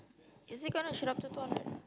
is it gonna shoot up to two hundred